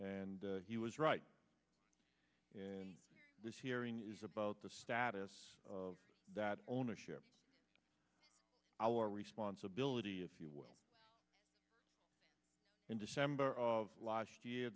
and he was right and this hearing is about the status of that ownership our responsibility if you will in december of last year